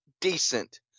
decent